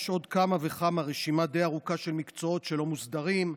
יש עוד כמה וכמה; רשימה די ארוכה של מקצועות שלא מוסדרים.